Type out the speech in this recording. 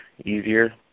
easier